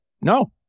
no